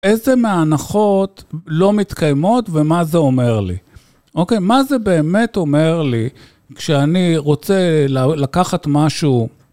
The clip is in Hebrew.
איזה מההנחות לא מתקיימות ומה זה אומר לי? אוקיי, מה זה באמת אומר לי כשאני רוצה לקחת משהו...